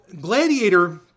Gladiator